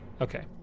okay